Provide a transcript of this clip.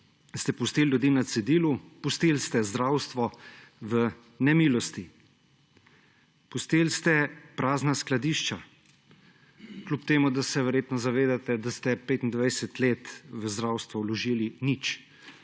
ste pustili ljudi na cedilu, pustili ste zdravstvo v nemilosti. Pustili ste prazna skladišča, kljub temu da se verjetno zavedate, da ste 25 let v zdravstvo vložili – nič.